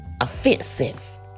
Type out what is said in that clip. offensive